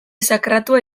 sakratua